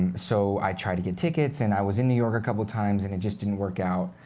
and so i tried to get tickets. and i was in new york a couple of times, and it just didn't work out.